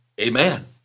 amen